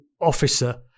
officer